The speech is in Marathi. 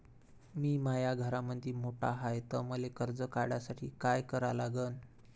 मी माया घरामंदी मोठा हाय त मले कर्ज काढासाठी काय करा लागन?